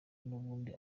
nubundi